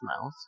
mouth